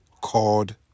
called